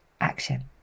action